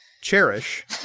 Cherish